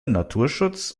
naturschutz